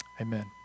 Amen